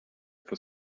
for